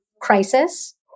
crisis